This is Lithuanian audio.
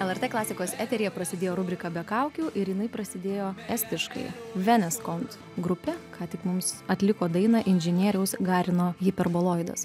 lrt klasikos eteryje prasidėjo rubrika be kaukių ir jinai prasidėjo estiškai venes kont grupė ką tik mums atliko dainą inžinieriaus garino hiperboloidas